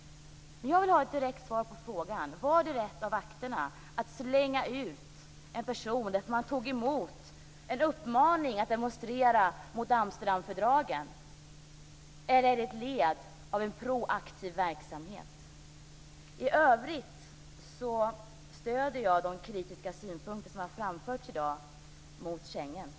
Jag vill ha ett direkt svar på frågan: Var det rätt av vakterna att slänga ut en person därför att han tog emot en uppmaning att demonstrera mot Amsterdamfördraget? Är det ett led i en proaktiv verksamhet? I övrigt stöder jag de kritiska synpunkter mot Schengen som i dag har framförts.